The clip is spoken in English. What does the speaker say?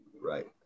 right